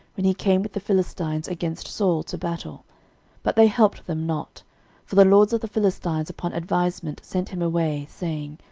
when he came with the philistines against saul to battle but they helped them not for the lords of the philistines upon advisement sent him away, saying,